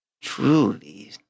Truly